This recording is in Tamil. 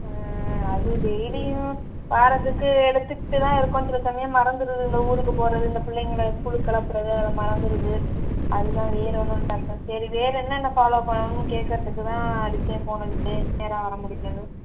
ஆ ஆ அது டெய்லியும் வாரத்துக்கு எடுத்துக்கிட்டு தான் இருக்கோம் சில சமயம் மறந்துருது இந்த ஊருக்கு போகறது இந்த பிள்ளைங்கள ஸ்கூல்க்கு கிளப்புறது அதில் மறந்துருது அது தான் வேறொன்னும் இல்லை டாக்டர் சரி வேறென்னென்ன ஃபாலோ பண்ணணும் கேட்கறதுக்கு தான் அடிச்சேன் ஃபோன் அடிச்சேன் நேராக வர முடியலன்னு